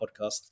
podcast